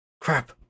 Crap